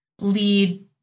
lead